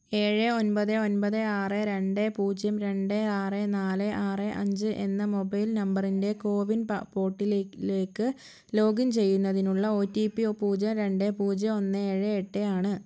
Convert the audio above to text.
ഏഴ് ഒൻപത് ഒൻപത് ആറ് രണ്ട് പൂജ്യം രണ്ട് ആറ് നാല് ആറ് അഞ്ച് എന്ന മൊബൈൽ നമ്പറിൻ്റെ കോവിൻ പാ പോട്ടിലിലേ ലേക്ക് ലോഗിൻ ചെയ്യുന്നതിനുള്ള ഒ റ്റി പി ഒ പൂജ്യം രണ്ട് പൂജ്യം ഒന്ന് ഏഴ് എട്ടേയാണ്